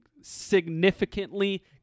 significantly